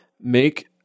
make